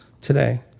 today